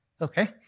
Okay